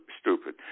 Stupid